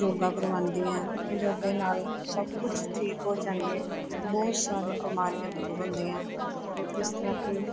ਯੋਗਾ ਕਰਵਾਉਂਦੀ ਐ ਯੋਗ ਨਾਲ ਸਭ ਕੁਛ ਠੀਕ ਹੋ ਜਾਂਦਾ ਹੈ ਬਹੁਤ ਸਾਰੀਆਂ ਬਿਮਾਰੀਆਂ ਦੂਰ ਹੁੰਦੀਆਂ ਜਿਸ ਤਰ੍ਹਾਂ ਕਿ